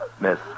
Miss